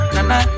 Nana